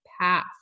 path